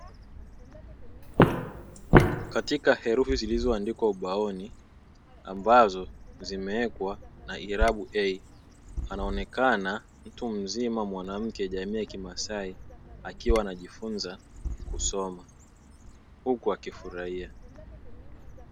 Katika herufi zilizoandikwa ubaoni ambazo zimewekwa na ilabu (a), anaonekana mtu mzima mwanamke jamii ya kimasai akiwa anajifunza kusoma huku akifurahia.